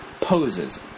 poses